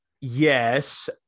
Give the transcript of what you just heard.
Yes